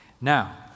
Now